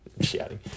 shouting